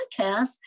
podcast